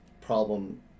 problem